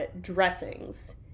dressings